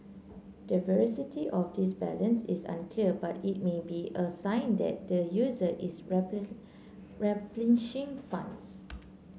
the veracity of this balance is unclear but it may be a sign that the user is replenishing funds